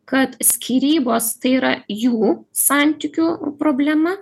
kad skyrybos tai yra jų santykių problema